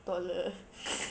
taller